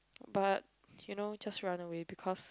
but you know just run away because